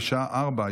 פ/3331/25,